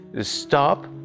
Stop